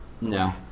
No